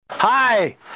Hi